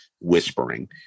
whispering